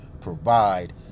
provide